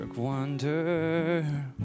wonder